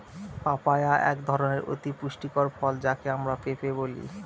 papaya একধরনের অতি পুষ্টিকর ফল যাকে আমরা পেঁপে বলি